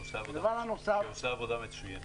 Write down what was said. שעושה עבודה מצוינת.